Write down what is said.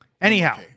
Anyhow